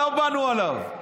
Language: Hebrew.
לא בנו עליו.